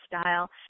Style